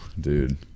dude